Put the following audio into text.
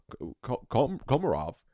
Komarov